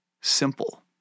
simple